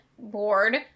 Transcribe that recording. board